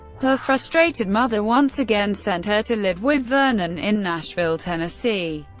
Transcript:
her frustrated mother once again sent her to live with vernon in nashville, tennessee,